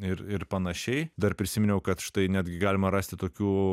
ir ir panašiai dar prisiminiau kad štai netgi galima rasti tokių